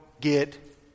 get